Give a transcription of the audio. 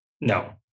No